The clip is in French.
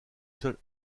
seule